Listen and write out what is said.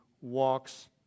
walks